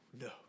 no